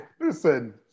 listen